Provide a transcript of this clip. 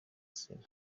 zena